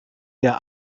der